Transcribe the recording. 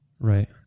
Right